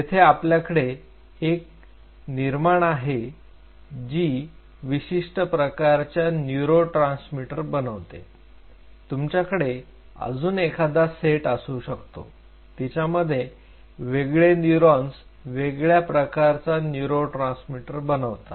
येथे आपल्याकडे एक निर्माण आहे ही जी विशिष्ट प्रकारचा न्यूरोट्रान्समीटर बनवते तुमच्याकडे अजून एखादा सेट असू शकतो तिच्यामध्ये वेगळे न्यूरॉन्स वेगळ्या प्रकारचा न्यूरोट्रान्समीटर बनवतात